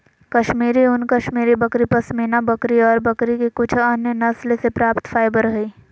कश्मीरी ऊन, कश्मीरी बकरी, पश्मीना बकरी ऑर बकरी के कुछ अन्य नस्ल से प्राप्त फाइबर हई